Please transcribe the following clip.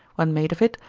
when made of it,